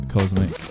Cosmic